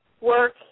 work